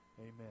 amen